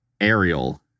Ariel